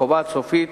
הקובעת את סופיות